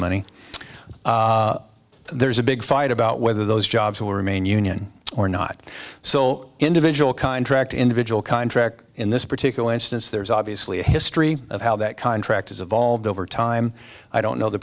money there's a big fight about whether those jobs will remain union or not so individual contract individual contracts in this particular instance there's obviously a history of how that contract is evolving over time i don't know the